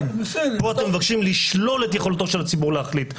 פה אתם מבקשים לשלול את יכולתו של הציבור להחליט,